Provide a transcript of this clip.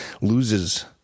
loses